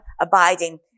abiding